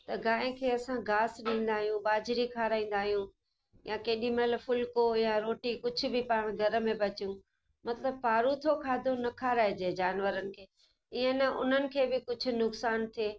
त गांइ खे असां गालियां ॾींदा आहियूं बाजरी खाराईंदा आहियूं या केॾी महिल फ़ुलको या रोटी कुझु बि पाण घर में बचूं मतिलब पारुथो खाधो न खाराइजे जानवरनि खे ईंअ न उन्हनि खे बि कुझु नुकसानु थिए